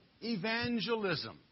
evangelism